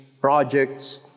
projects